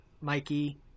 Mikey